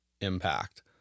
impact